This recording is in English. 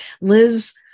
Liz